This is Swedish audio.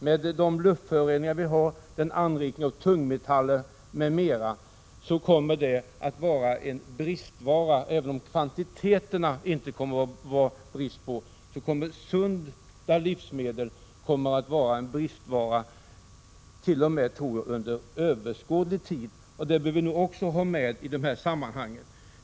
Med de luftföroreningar, den anrikning av tungmetaller m.m. som vi har kommer sunda livsmedel att vara en bristvara t.o.m. under överskådlig tid, även om det inte kommer att råda någon brist i fråga om kvantiteterna. Också detta behöver vi ha med i det här sammanhanget.